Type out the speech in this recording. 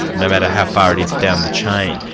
no matter how far it is down the chain.